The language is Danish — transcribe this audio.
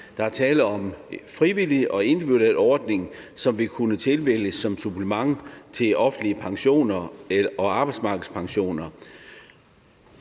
Der er tale om en frivillig og individuel ordning, som vil kunne tilvælges som supplement til offentlige pensioner og arbejdsmarkedspensioner.